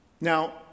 Now